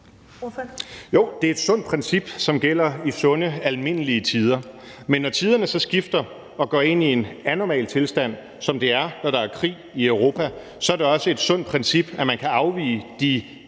Jo, det er et sundt princip, som gælder i sunde, almindelige tider, men når tiderne så skifter og går ind i en anormal tilstand, som det er, når der er krig i Europa, så er det også et sundt princip, at man kan afvige de